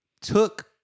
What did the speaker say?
took